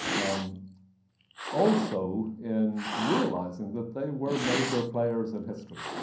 um also in realizing that they were major players in history.